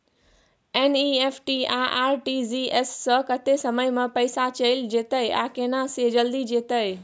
NEFT आ RTGS स कत्ते समय म पैसा चैल जेतै आ केना से जल्दी जेतै?